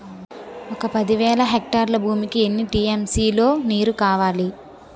ఒక పది వేల హెక్టార్ల భూమికి ఎన్ని టీ.ఎం.సీ లో నీరు కావాలి?